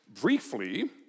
briefly